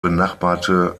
benachbarte